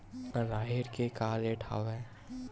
राहेर के का रेट हवय?